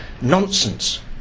nonsense